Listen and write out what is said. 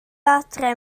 adre